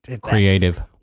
Creative